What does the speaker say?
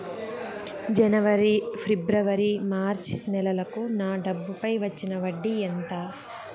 జనవరి, ఫిబ్రవరి, మార్చ్ నెలలకు నా డబ్బుపై వచ్చిన వడ్డీ ఎంత